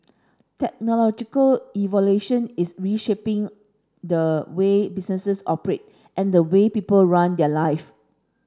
technological evolution is reshaping the way businesses operate and the way people run their life